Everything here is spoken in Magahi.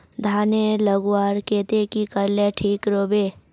धानेर लगवार केते की करले ठीक राब?